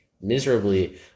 miserably